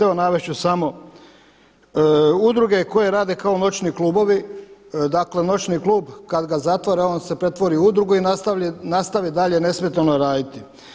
Evo navest ću samo, udruge koje rade kao noćni klubovi, dakle noćni klub kada ga zatvore on ga pretvori u udrugu i nastavi dalje nesmetano raditi.